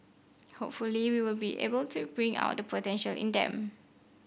hopefully we will be able to bring out the potential in them